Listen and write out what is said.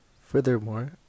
furthermore